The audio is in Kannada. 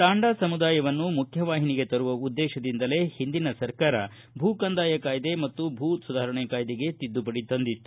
ತಾಂಡಾ ಸಮುದಾಯವನ್ನು ಮುಖ್ಯವಾಹಿನಿಗೆ ತರುವ ಉದ್ದೇಶದಿಂದಲೇ ಹಿಂದಿನ ಸರ್ಕಾರ ಭೂ ಕಂದಾಯ ಕಾಯ್ದೆ ಮತ್ತು ಭೂ ಸುಧಾರಣೆ ಕಾಯ್ದೆಗೆ ತಿದ್ಲುಪಡಿ ತಂದಿತ್ತು